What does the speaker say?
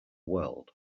world